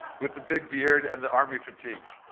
with the big beard and the army fatigues.